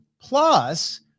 Plus